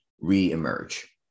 re-emerge